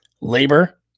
labor